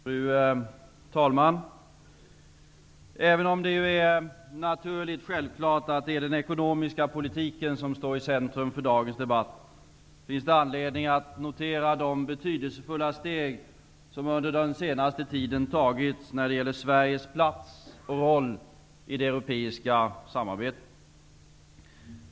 Fru talman! Även om det är naturligt att det är den ekonomiska politiken som står i centrum för dagens debatt, finns det anledning att notera de betydelsefulla steg som under den senaste tiden har tagits när det gäller Sveriges plats och roll i det europeiska samarbetet.